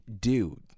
dude